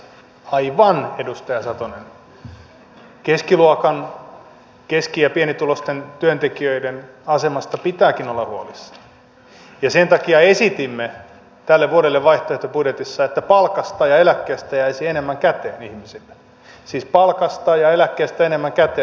aivan edustaja satonen keskiluokan keski ja pienituloisten työntekijöiden asemasta pitääkin olla huolissaan ja sen takia esitimme tällä vuodelle vaihtoehtobudjetissa että palkasta ja eläkkeestä jäisi enemmän käteen ihmisille siis palkasta ja eläkkeestä enemmän käteen